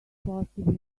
possibly